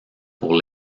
pour